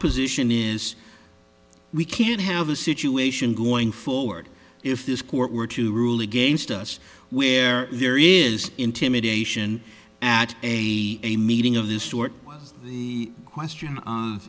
position is we can't have a situation going forward if this court were to rule against us where there is intimidation at a a meeting of this sort the question of